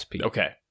okay